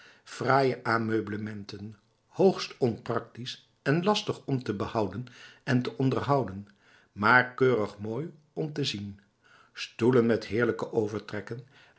fraaie ameublementen hoogst onpraktisch en lastig om te behouden en te onderhouden maar keurig mooi om te zien stoelen met heerlijke overtrekken